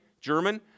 German